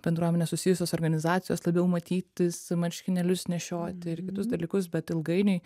bendruomene susijusios organizacijos labiau matytis marškinėlius nešioti ir kitus dalykus bet ilgainiui